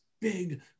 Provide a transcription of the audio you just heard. big